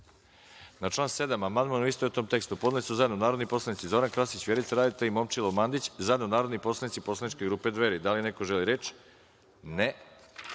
član 43. amandman, u istovetnom tekstu, podneli su zajedno narodni poslanici Zoran Krasić, Vjerica Radeta i Momčilo Mandić, i zajedno narodni poslanici Poslaničke grupe Dveri. Da li neko želi reč?